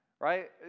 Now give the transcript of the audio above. Right